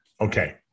Okay